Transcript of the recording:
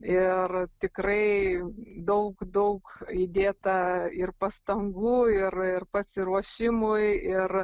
ir tikrai daug daug įdėta ir pastangų ir ir pasiruošimui ir